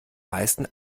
meisten